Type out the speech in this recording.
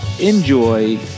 enjoy